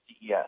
CES